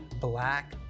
black